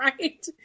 Right